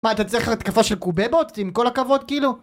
מה אתה צריך התקפה של קובבות עם כל הכבוד כאילו?